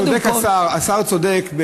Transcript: השר צודק,